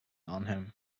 arnhem